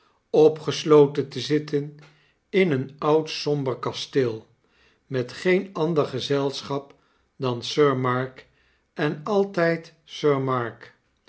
opgesloten te zitten in een oud somber kasteel met geen ander gezelschap dan sir mark en altijd sir mark